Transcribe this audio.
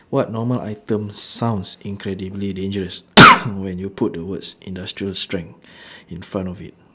what normal item sounds incredibly dangerous when you put the words industrial strength in front of it